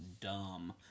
dumb